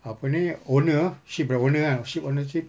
apa ni owner ship punya owner ah owner ship owner ship